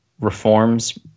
reforms